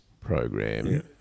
program